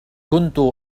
كنت